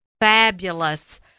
fabulous